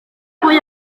pwy